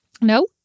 No